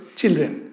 children